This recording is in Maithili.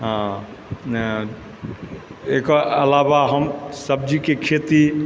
एकर अलावा हम सब्जीके खेती